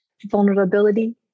vulnerability